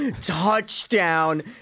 touchdown